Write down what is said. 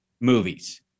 movies